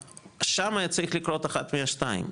שמה היה צריך לקרות אחת מהשתיים,